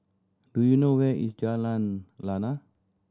do you know where is Jalan Lana